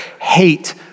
hate